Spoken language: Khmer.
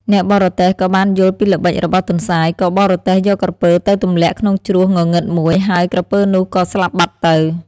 អ្នកបរទេះក៏បានយល់ពីល្បិចរបស់ទន្សាយ ក៏បរទេះយកក្រពើទៅទម្លាក់ក្នុងជ្រោះងងឹតមួយ ហើយក្រពើនោះក៏ស្លាប់បាត់ទៅ។